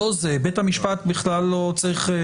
בית המשפט לא חייב